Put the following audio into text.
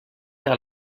vers